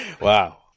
Wow